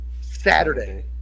Saturday